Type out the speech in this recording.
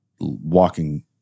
walking